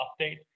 update